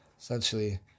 Essentially